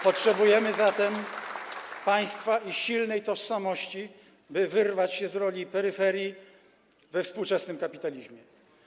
Potrzebujemy zatem państwa i silnej tożsamości, by wyrwać się z roli peryferii we współczesnym kapitalizmie.